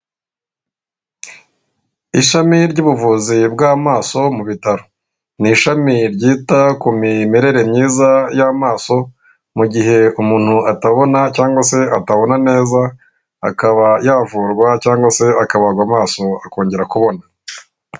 Ishami ry'ubuvuzi bw'amaso mu bitaro ni ishami ryita ku mimerere myiza y'amaso mu gihe umuntu atabona cyangwa se atabona neza akaba yavurwa, cyangwa se akabagwa amaso akongera kubona.